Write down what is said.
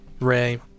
Ray